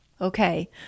Okay